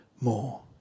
more